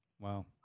Wow